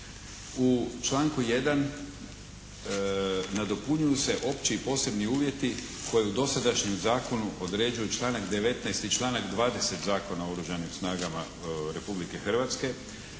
U članku 1. nadopunjuju se opći i posebni uvjeti koje u dosadašnjem uvjetu određuju članak 19. i članak 20. Zakona o oružanim snagama Republike Hrvatske